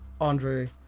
andre